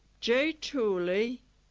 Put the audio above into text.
j tooley,